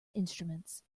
instruments